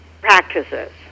practices